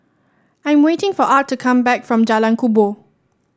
I am waiting for Art to come back from Jalan Kubor